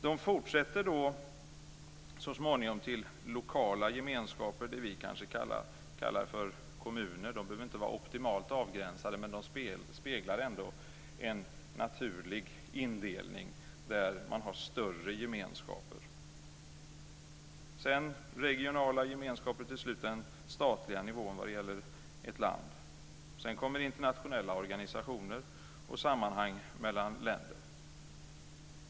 Det fortsätter så småningom till lokala gemenskaper, det vi kanske kallar kommuner. De behöver inte vara optimalt avgränsade, men de speglar ändå en naturlig indelning där man har större gemenskaper. Sedan är det regionala gemenskaper och till slut den statliga nivån vad gäller ett land. Sedan kommer internationella organisationer och sammanhang mellan länder.